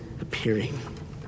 appearing